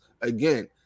Again